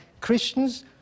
Christians